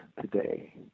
today